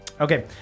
Okay